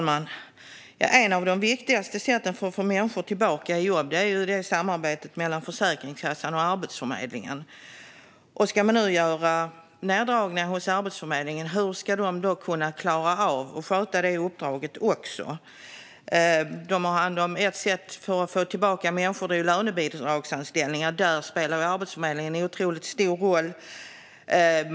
Fru talman! Ett av de viktigaste sätten att få människor tillbaka i jobb är samarbetet mellan Försäkringskassan och Arbetsförmedlingen. Om man nu ska göra neddragningar hos Arbetsförmedlingen, hur ska den då kunna klara av att också sköta det uppdraget? Ett sätt att få tillbaka människor är lönebidragsanställningar. Där spelar Arbetsförmedlingen en otroligt stor roll.